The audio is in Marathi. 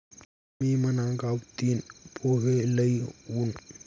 मी मना गावतीन पोहे लई वुनू